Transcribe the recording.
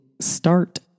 start